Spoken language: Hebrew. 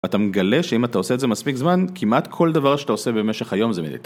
אתה מגלה שאם אתה עושה את זה מספיק זמן, כמעט כל דבר שאתה עושה במשך היום זה מיליטר.